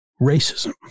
racism